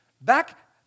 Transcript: Back